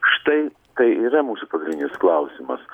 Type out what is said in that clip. štai tai ir yra mūsų pagrindinis klausimas